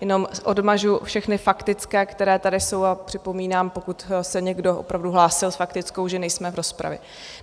Jenom odmažu všechny faktické, které tady jsou, a připomínám, pokud se někdo opravdu hlásil s faktickou, že nejsme v rozpravě,